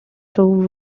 through